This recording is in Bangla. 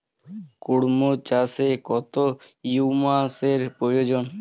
কুড়মো চাষে কত হিউমাসের প্রয়োজন?